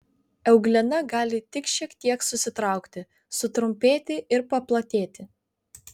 euglena gali tik šiek tiek susitraukti sutrumpėti ir paplatėti